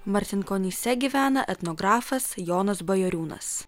marcinkonyse gyvena etnografas jonas bajoriūnas